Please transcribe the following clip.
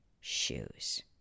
shoes